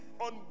on